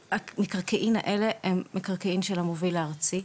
המקרקעין האלה הם מקרקעין של המוביל הארצי,